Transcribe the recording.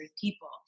people